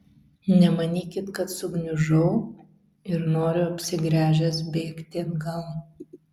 nemanykit kad sugniužau ir noriu apsigręžęs bėgti atgal